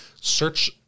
search